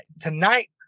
Tonight